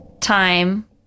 time